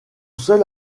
seul